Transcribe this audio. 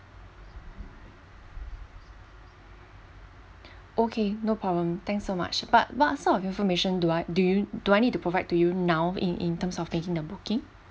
okay no problem thanks so much but what sort of information do I do you do I need to provide to you now in in terms of taking the booking